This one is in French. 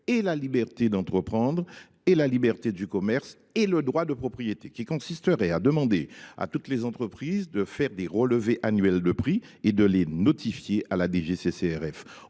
et la liberté d’entreprendre et la liberté de commerce et le droit de propriété. Elle consiste à demander à toutes les entreprises de faire des relevés annuels de prix et de les notifier à la DGCCRF.